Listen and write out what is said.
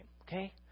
okay